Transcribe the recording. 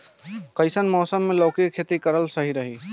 कइसन मौसम मे लौकी के खेती करल सही रही?